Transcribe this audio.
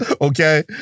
okay